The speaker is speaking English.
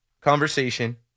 conversation